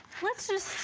let's just